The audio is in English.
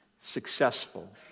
successful